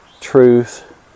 Truth